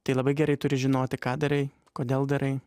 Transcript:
tai labai gerai turi žinoti ką darai kodėl darai